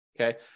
Okay